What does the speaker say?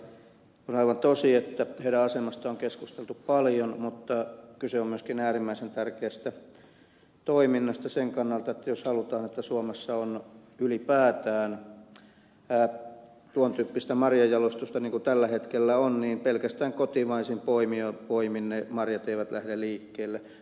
on aivan tosi että heidän asemastaan on keskusteltu paljon mutta kyse on myöskin äärimmäisen tärkeästä toiminnasta sen kannalta että jos halutaan että suomessa on ylipäätään tuon tyyppistä marjanjalostusta niin kuin tällä hetkellä on niin pelkästään kotimaisin poimijavoimin ne marjat eivät lähde liikkeelle